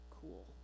cool